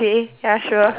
okay ya sure